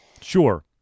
sure